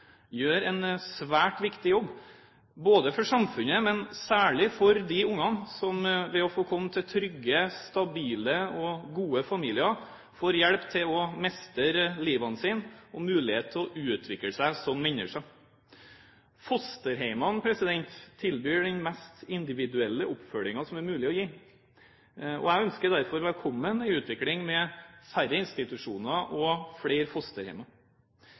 gjør en svært viktig jobb, for samfunnet og særlig for de barna som ved å få komme til trygge, stabile og gode familier får hjelp til å mestre livet sitt og mulighet til å utvikle seg som menneske. Fosterhjemmene tilbyr den mest individuelle oppfølgingen som det er mulig å gi. Jeg ønsker derfor velkommen en utvikling med færre institusjoner og flere